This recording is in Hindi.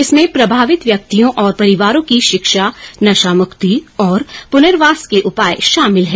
इसमें प्रभावित व्यक्तियों और परिवारों की शिक्षा नशा मुक्ति और प्नर्वास के उपाय शामिल है